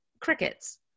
crickets